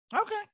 Okay